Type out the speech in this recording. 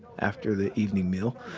after the evening meal,